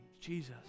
Jesus